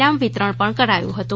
નામ વિતરણ પણ કરાયુ હતુ